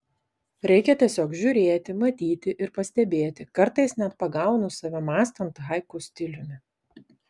reikia tiesiog žiūrėti matyti ir pastebėti kartais net pagaunu save mąstant haiku stiliumi